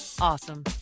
awesome